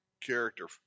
character